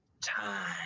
time